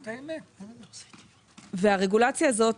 והרגולציה הזו,